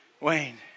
Wayne